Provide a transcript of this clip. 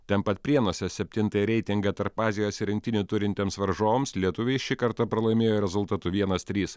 ten pat prienuose septintąjį reitingą tarp azijos rinktinių turintiems varžovams lietuviai šį kartą pralaimėjo rezultatu vienas trys